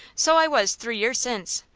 so i was three years since.